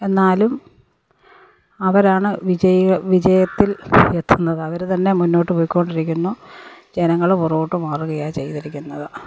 എന്നാലും അവരാണ് വിജയികൾ വിജയത്തിൽ എത്തുന്നത് അവരുതന്നെ മുന്നോട്ട് പൊയ്കൊണ്ടിരിക്കുന്നു ജനങ്ങള് പുറകോട്ട് മാറുകയാണ് ചെയ്തിരിക്കുന്നത്